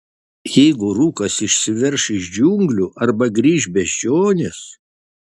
jeigu rūkas išsiverš iš džiunglių arba grįš beždžionės